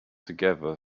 together